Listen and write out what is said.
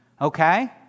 Okay